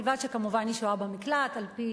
ובלבד שכמובן היא שוהה במקלט על-פי